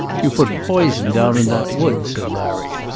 you've put poison down in that wood, said larry.